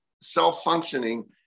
self-functioning